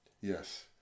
yes